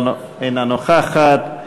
אינה נוכחת,